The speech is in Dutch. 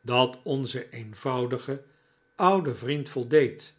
dat onzen eenvoudigen ouden vriend voldeed